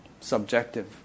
subjective